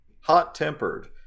hot-tempered